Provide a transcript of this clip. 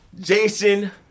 Jason